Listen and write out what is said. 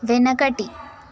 వెనకటి